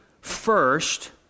first